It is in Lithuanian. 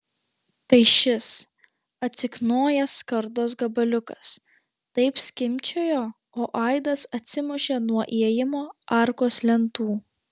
tai šis atsiknojęs skardos gabaliukas taip skimbčiojo o aidas atsimušė nuo įėjimo arkos lentų